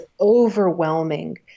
overwhelming